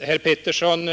Herr Petersson